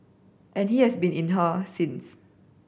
and he has been in her since